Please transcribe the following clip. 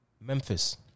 Memphis